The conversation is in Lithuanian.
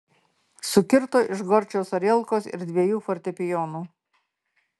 sukirto iš gorčiaus arielkos ir dviejų fortepijonų